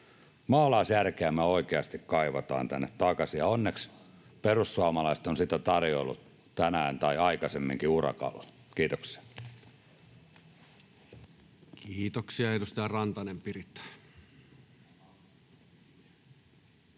Maalaisjärkeä me oikeasti kaivataan tänne takaisin, ja onneksi perussuomalaiset ovat sitä tarjoilleet tänään, tai aikaisemminkin, urakalla. — Kiitoksia. [Speech 51] Speaker: